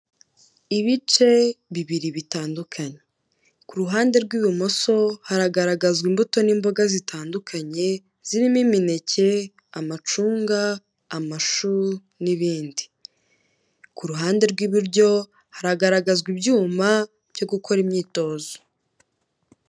Ibice bibiri bitandukanye ku ruhande rw'ibumoso haragaragazwa imbuto n'imboga zitandukanye zirimo imineke, amacunga, amashu n'ibindi. Ku ruhande rw'iburyo haragaragazwa ibyuma byo gukora imyitozo.